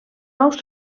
ous